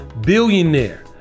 billionaire